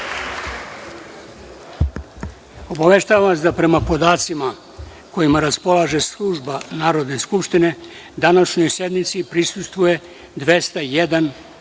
Obaveštavam vas da prema podacima kojima raspolaže služba Narodne skupštine, današnjoj sednici prisustvuje 201 narodni